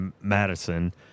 Madison